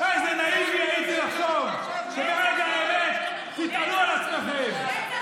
איזה נאיבי הייתי לחשוב שברגע האמת תתעלו על עצמכם,